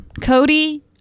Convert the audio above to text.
Cody